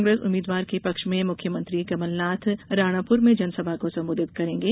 कांग्रेस उम्मीदवार के पक्ष में मुख्यमंत्री कमलनाथ राणापुर में जनसभा को संबोधित करेंगे